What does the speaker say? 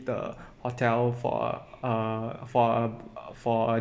the hotel for a err for a for a